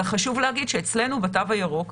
אבל חשוב להגיד שאצלנו בתו הירוק,